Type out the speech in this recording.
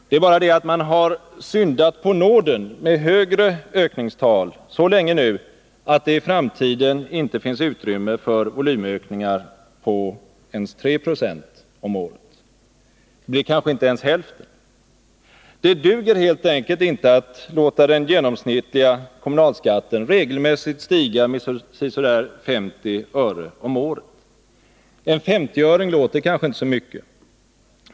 Det är bara det, att man har syndat på nåden med högre ökningstal så länge nu att det i framtiden inte finns utrymme för volymökningar på ens 3 96 om året. Det blir kanske inte ens hälften. Det duger helt enkelt inte att låta den genomsnittliga kommunalskatten regelmässigt stiga med sisådär 50 öre om året. En femtioöring låter kanske inte så mycket.